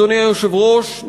אדוני היושב-ראש,